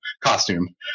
costume